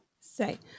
say